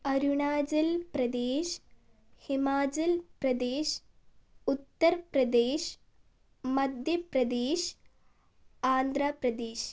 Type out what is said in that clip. Arunachal Pradesh Himachal Pradesh Uttar Pradesh Madhya Pradesh Andhra Pradesh